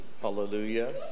Hallelujah